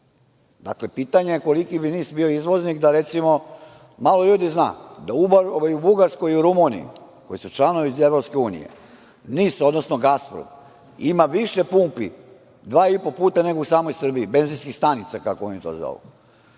Dakle, pitanje je koliki bi NIS bio izvoznik da, recimo, malo ljudi zna da u Bugarskoj i Rumuniji, koje su članovi iz Evropske unije, NIS, odnosno „Gasprom“ ima više pumpi dva i po puta nego u samoj Srbiji, benzinskih stanica, kako oni to zovu.